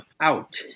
out